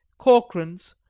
korkrans,